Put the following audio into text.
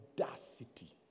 audacity